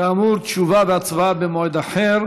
כאמור, תשובה והצבעה במועד אחר.